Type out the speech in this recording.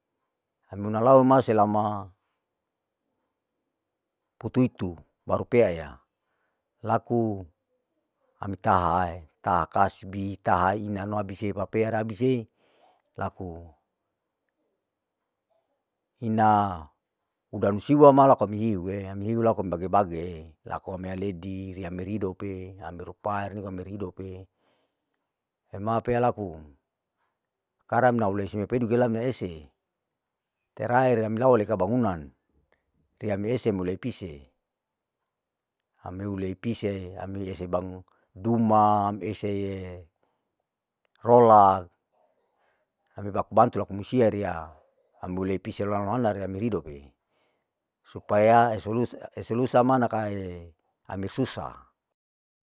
Ami munalawa ma selama putuitu baru peaya, laku ami tahaae, taha kasbi, tahai inano abise papea aer abise, laku ina uda nusia ma laku ami hiue, ami hiu laku ami bage bage, laku ami aleidi riya amer idope, ami rupari amir idope, ema pea laku, karang neulese peduke lak meese, terakhir ami lawa leka bangunan, riya mese mulei pise, ami hulei pise ami hese bangun duma ese, rolak, ami baku bantu laku musia riya, ami hulei pise riya miridoke, supaya eso lus eso lusa makae amir susa.